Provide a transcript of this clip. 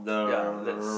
ya let's